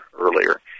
earlier